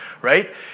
Right